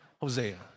Hosea